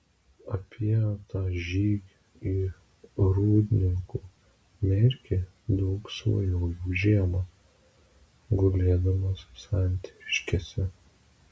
apie tą žygį į rūdninkų merkį daug svajojau žiemą gulėdamas santariškėse